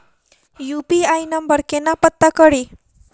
UPI number केना पत्ता कड़ी?